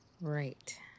Right